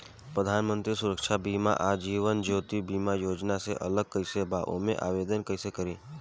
प्रधानमंत्री सुरक्षा बीमा आ जीवन ज्योति बीमा योजना से अलग कईसे बा ओमे आवदेन कईसे करी?